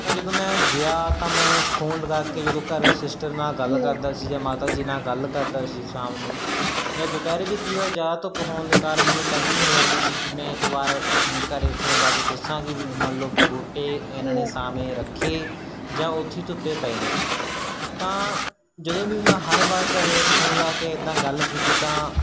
ਤਾਂ ਜਦੋਂ ਮੈਂ ਗਿਆ ਤਾਂ ਮੈਂ ਫੋਨ ਲਗਾ ਕੇ ਜਦੋਂ ਘਰ ਸਿਸਟਰ ਨਾਲ ਗੱਲ ਕਰਦਾ ਸੀ ਜਾਂ ਮਾਤਾ ਜੀ ਨਾਲ ਗੱਲ ਕਰਦਾ ਸੀ ਸ਼ਾਮ ਨੂੰ ਜਾਂ ਦੁਪਹਿਰੇ ਵੀ ਕਈ ਵਾਰ ਜ਼ਿਆਦਾ ਧੁੱਪ ਹੋਣ ਦੇ ਕਾਰਨ ਮੈਨੂੰ ਟੈਂਸ਼ਨ ਹੋ ਜਾਂਦੀ ਸੀ ਕਿ ਮੈਂ ਇੱਕ ਵਾਰ ਘਰ ਫੋਨ ਲਾ ਕੇ ਪੁਛਾਂ ਕਿ ਵੀ ਮੰਨ ਲਓ ਬੂਟੇ ਇਹਨਾਂ ਨੇ ਛਾਂਵੇ ਰੱਖੇ ਜਾਂ ਉੱਥੇ ਧੁੱਪੇ ਪਏ ਨੇ ਤਾਂ ਜਦੋਂ ਵੀ ਮੈਂ ਹਰ ਵਾਰ ਘਰ ਫੋਨ ਲਾ ਕੇ ਇੱਦਾਂ ਗੱਲ ਕੀਤੀ ਤਾਂ